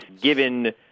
given